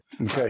Okay